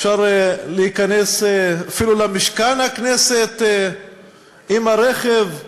אפשר להיכנס אפילו למשכן הכנסת עם הרכב.